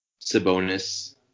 Sabonis